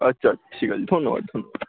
আচ্চা ঠিক আছে ধন্যবাদ ধন্যবাদ